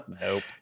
nope